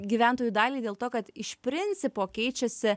gyventojų daliai dėl to kad iš principo keičiasi